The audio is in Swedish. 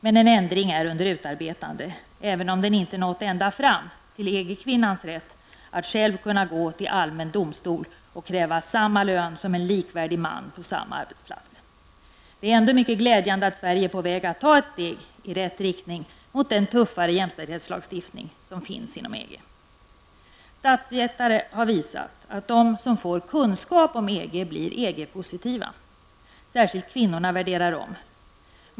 Men en ändring är under utarbetande, även om den inte når ända fram till EG-kvinnans rätt att själv kunna gå till allmän domstol och kräva samma lön som en likvärdig man på samma arbetsplats. Det är ändå mycket glädjande att Sverige är på väg att ta ett steg i rätt riktning, mot den tuffare jämställdhetslagstiftning som finns inom EG. Statsvetare har visat att de som får kunskap om EG blir EG-positiva. Särskilt kvinnorna värderar om.